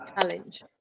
challenge